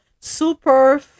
super